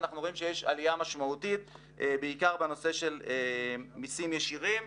ואנחנו רואים שיש עלייה משמעותית בעיקר בנושא של מסים ישירים.